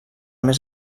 més